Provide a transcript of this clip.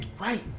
Right